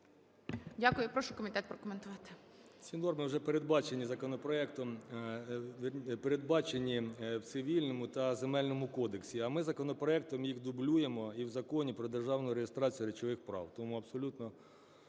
Прошу комітет прокоментувати.